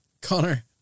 Connor